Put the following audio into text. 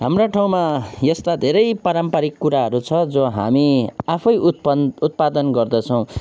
हाम्रा ठाउँमा यस्ता धेरै पारम्परिक कुराहरू छ जो हामी आफै उत्पन्न उत्पादन गर्दछौँ